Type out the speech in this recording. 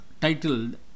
titled